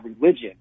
religion